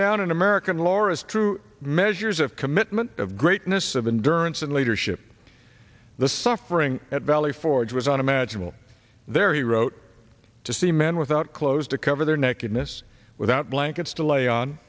down in american lore is true measures of commitment of greatness of in durance and leadership the suffering at valley forge was unimaginable there he wrote to see men without clothes to cover their neck in this without blankets to lay on